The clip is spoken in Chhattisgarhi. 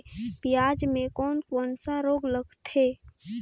पियाज मे कोन कोन सा रोग लगथे?